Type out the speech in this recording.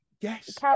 yes